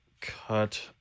cut